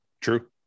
true